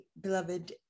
beloved